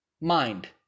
mind